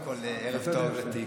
קודם כול, ערב טוב לתקווה.